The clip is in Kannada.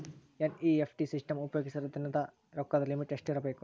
ಎನ್.ಇ.ಎಫ್.ಟಿ ಸಿಸ್ಟಮ್ ಉಪಯೋಗಿಸಿದರ ದಿನದ ರೊಕ್ಕದ ಲಿಮಿಟ್ ಎಷ್ಟ ಇರಬೇಕು?